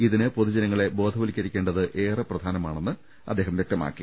ഇതിന് ന പൊതുജനങ്ങളെ ബോധവത്കരിക്കേണ്ടത് ഏറെ പ്രധാനമാണെന്നും അദ്ദേഹം വ്യക്തമാക്കി